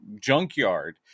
junkyard